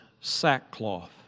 sackcloth